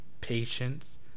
patience